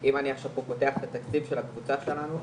אם אני עכשיו פותח את התקציב של הקבוצה שלנו,